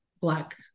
Black